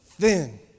thin